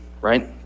right